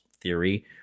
theory